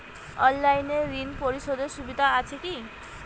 অনলাইনে ঋণ পরিশধের সুবিধা আছে কি?